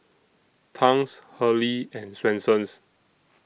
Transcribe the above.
Tangs Hurley and Swensens